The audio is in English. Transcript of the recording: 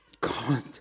God